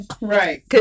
Right